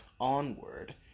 onward